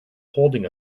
holding